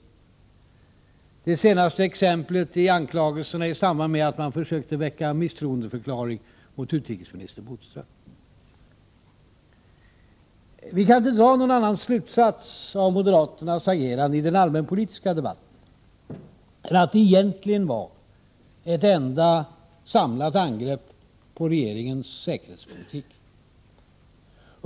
Det senaste exemplet är anklagelserna i samband med att man försökte väcka misstroendeförklaring mot utrikesminister Bodström. Vi kan inte dra någon annan slutsats av moderaternas agerande i den allmänpolitiska debatten än att det egentligen var ett enda samlat angrepp på regeringens säkerhetspolitik.